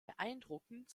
beeindruckend